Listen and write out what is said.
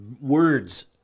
words